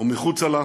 ומחוצה לה,